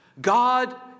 God